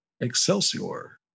excelsior